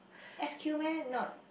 S_Q meh not